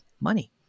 money